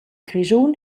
grischun